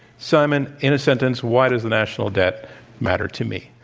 simon, in a sentence, why does the national debt matter to me?